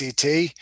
CT